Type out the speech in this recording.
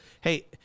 hey